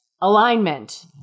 alignment